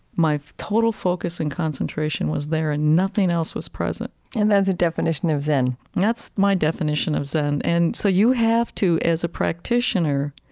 my total focus and concentration was there and nothing else was present and that's a definition of zen that's my definition of zen. and so you have to, as a practitioner,